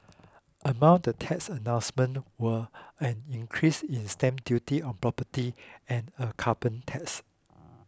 among the tax announcements were an increase in stamp duty on property and a carbon tax